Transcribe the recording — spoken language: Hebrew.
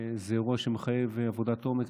זה אירוע שמחייב עבודת עומק.